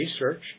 research